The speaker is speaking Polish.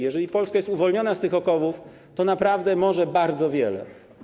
Jeżeli Polska jest uwolniona z tych okowów, to naprawdę może bardzo wiele.